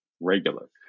regular